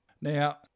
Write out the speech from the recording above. Now